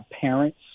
parents